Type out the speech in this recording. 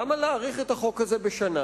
למה להאריך את החוק הזה בשנה?